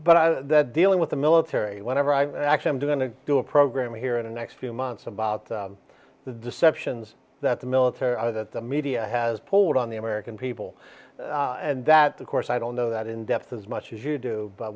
know that dealing with the military whenever i'm actually i'm doing to do a program here in the next few months about the deceptions that the military or that the media has pulled on the american people and that the course i don't know that in depth as much as you do but